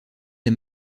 des